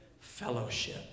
fellowship